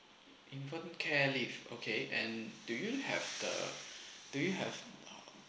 infant care leave okay and do you have the do you have